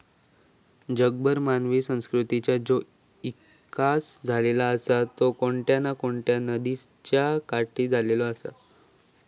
जगभर मानवी संस्कृतीचा जो इकास झालेलो आसा तो कोणत्या ना कोणत्या नदीयेच्या काठी झालेलो आसा